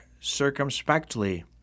circumspectly